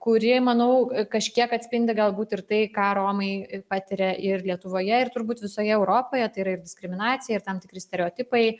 kuri manau kažkiek atspindi galbūt ir tai ką romai patiria ir lietuvoje ir turbūt visoje europoje tai yra ir diskriminacija ir tam tikri stereotipai